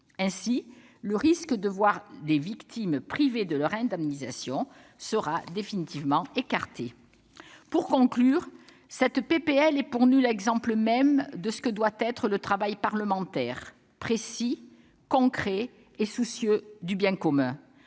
Ainsi, le risque de voir les victimes privées de leur indemnisation sera définitivement écarté. Pour conclure, ce texte est, pour nous, l'exemple même de ce que doit être le travail parlementaire : il est précis, concret et soucieux du bien commun.